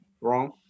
wrong